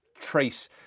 trace